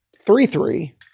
three-three